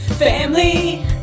Family